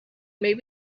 may